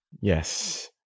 Yes